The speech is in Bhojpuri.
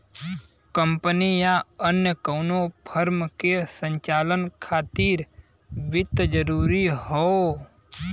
कंपनी या अन्य कउनो फर्म के संचालन खातिर वित्त जरूरी हौ